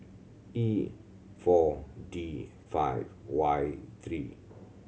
E Four D five Y three